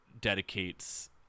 dedicates